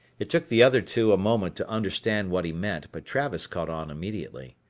it took the other two a moment to understand what he meant, but travis caught on immediately.